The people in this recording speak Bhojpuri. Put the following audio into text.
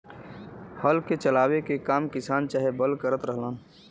हल के चलावे के काम किसान चाहे बैल करत रहलन